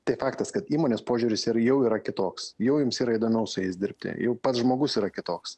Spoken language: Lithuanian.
tai faktas kad įmonės požiūris ir jau yra kitoks jau jums yra įdomiau su jais dirbti jau pats žmogus yra kitoks